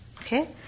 Okay